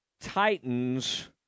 Titans